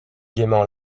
gaiement